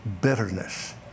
Bitterness